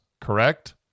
Correct